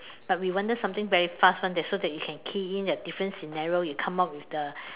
but we wanted something very fast [one] that so that you can key in at different scenario you come out with the